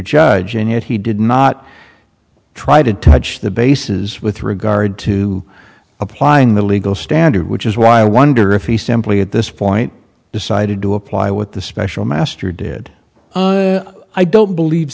judge and yet he did not try to touch the bases with regard to applying the legal standard which is why i wonder if he simply at this point decided to apply what the special master did i don't believe